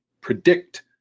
predict